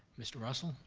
mr. russell?